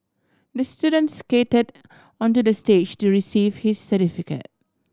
the student skated onto the stage to receive his certificate